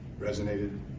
resonated